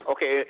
Okay